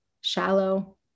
shallow